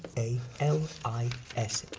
a l i s